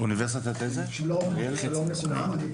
שלום לכולם.